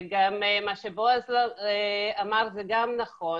וגם מה שבועז אמר זה גם נכון,